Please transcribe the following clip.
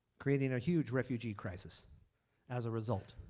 creating a huge refugee crisis as a result.